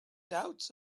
doubts